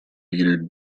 leader